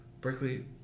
Berkeley